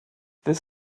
this